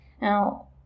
Now